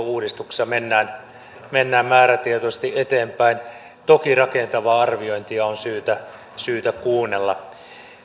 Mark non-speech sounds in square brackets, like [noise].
[unintelligible] uudistuksessa mennään mennään määrätietoisesti eteenpäin toki rakentavaa arviointia on syytä syytä kuunnella